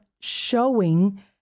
showing